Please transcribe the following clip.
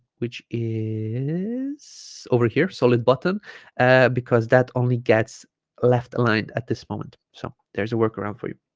which is over here solid button because that only gets left aligned at this moment so there's a workaround for you